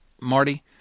Marty